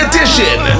Edition